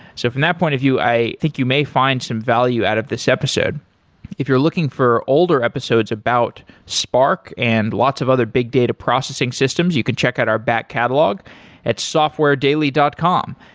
so from that point of view, i think you may find some value out of this episode if you're looking for older episodes about spark and lots of other big data processing systems, you can check out our back catalogue at softwaredaily dot com,